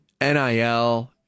NIL